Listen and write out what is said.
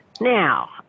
Now